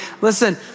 Listen